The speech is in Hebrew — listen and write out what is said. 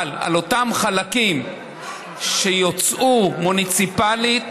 אבל על אותם חלקים שיוצאו מוניציפלית